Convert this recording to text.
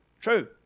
True